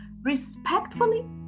respectfully